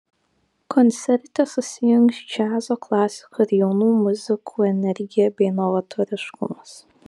koncerte susijungs džiazo klasika ir jaunų muzikų energija bei novatoriškumas